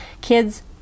Kids